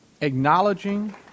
acknowledging